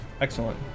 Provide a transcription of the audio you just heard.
Excellent